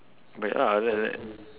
break lah look at that